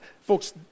Folks